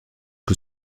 que